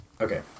Okay